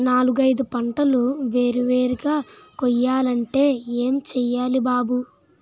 నాలుగైదు పంటలు వేరు వేరుగా కొయ్యాలంటే ఏం చెయ్యాలి బాబూ